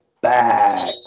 back